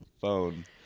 phone